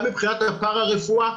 גם מבחינת הפרא רפואה,